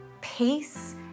peace